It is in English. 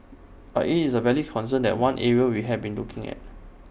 but IT is A valid concern that is one area we have been looking at